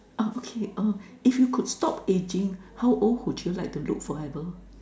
ah okay uh if you could stop ageing how old would you like to look forever